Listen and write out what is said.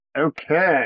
Okay